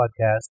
podcast